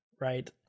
right